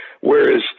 whereas